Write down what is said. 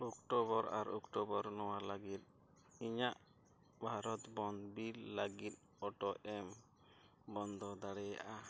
October ᱟᱨ October ᱟᱨ ᱱᱚᱣᱟ ᱞᱟᱹᱜᱤᱫ ᱤᱧᱟᱹᱜ ᱵᱨᱚᱰᱵᱮᱱᱰ ᱵᱤᱞ ᱞᱟᱹᱜᱤᱫ ᱚᱴᱳ ᱯᱮ ᱮᱢ ᱵᱚᱱᱫᱚ ᱫᱟᱲᱮᱭᱟᱜᱼᱟ